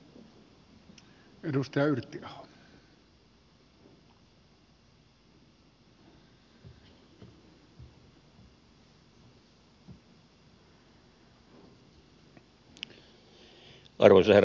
arvoisa herra puhemies